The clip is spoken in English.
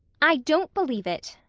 i don't believe it,